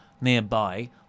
Nearby